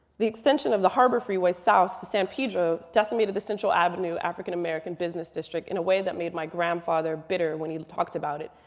the extension of the harbor freeway south to san pedro decimated the central avenue african american business district in a way that made my grandfather bitter when he talked about it,